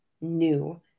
new